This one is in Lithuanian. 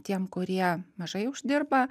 tiem kurie mažai uždirba